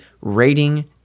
rating